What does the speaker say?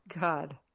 God